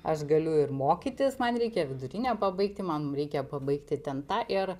aš galiu ir mokytis man reikia vidurinę pabaigti man reikia pabaigti ten tą ir